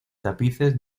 tapices